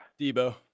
Debo